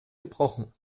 gebrochen